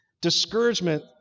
discouragement